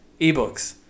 ebooks